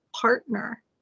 partner